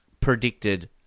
predicted